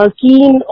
keen